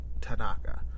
Tanaka